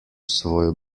svojo